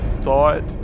thought